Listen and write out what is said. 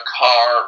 car